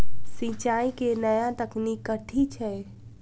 सिंचाई केँ नया तकनीक कथी छै?